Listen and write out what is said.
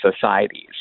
societies